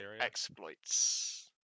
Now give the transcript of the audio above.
exploits